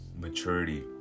maturity